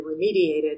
remediated